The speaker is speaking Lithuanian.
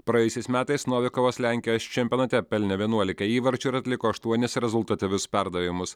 praėjusiais metais novikovas lenkijos čempionate pelnė vienuolika įvarčių ir atliko aštuonis rezultatyvius perdavimus